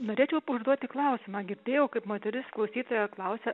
norėčiau užduoti klausimą girdėjau kaip moteris klausytoja klausia